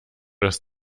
das